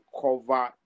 cover